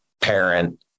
parent